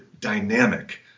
dynamic